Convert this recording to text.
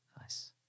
Nice